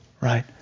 right